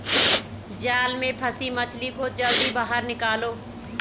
जाल में फसी मछली को जल्दी बाहर निकालो